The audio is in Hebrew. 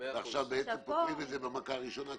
עכשיו בעצם פותרים את זה במכה הראשונה.